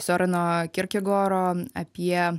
sioreno kierkegoro apie